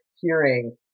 hearing